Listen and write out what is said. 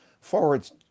Forwards